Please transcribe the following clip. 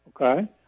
okay